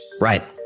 Right